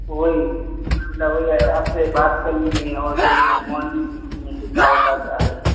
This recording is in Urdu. وہی میں بولا وہی ہے آپ سے بات کر لیں گے اور جو ہے نا مورننگ میں کس طرح ہوتا ہے کیا ہے